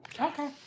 Okay